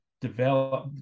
develop